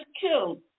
killed